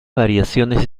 variaciones